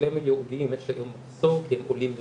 כולנו יודעים שיש היום בטיפולים אם מדובר